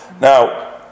Now